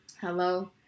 Hello